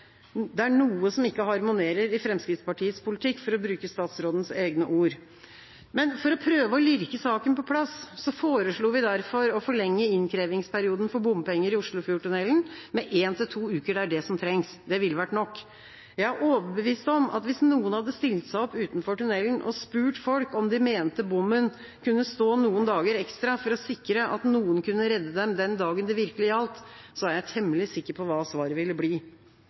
Det er noe som ikke harmonerer i Fremskrittspartiets politikk, for å bruke statsrådens egne ord. For å prøve å lirke saken på plass foreslo vi derfor å forlenge innkrevingsperioden for bompenger i Oslofjordtunnelen med 1–2 uker. Det er det som trengs – det ville vært nok. Hvis noen hadde stilt seg opp utenfor tunnelen og spurt folk om de mente bommen kunne stå noen dager ekstra for å sikre at noen kunne redde dem den dagen det virkelig gjaldt, er jeg temmelig sikker på hva svaret ville bli.